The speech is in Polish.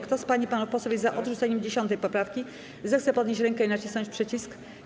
Kto z pań i panów posłów jest za odrzuceniem 10. poprawki, zechce podnieść rękę i nacisnąć przycisk.